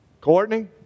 Courtney